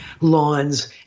lawns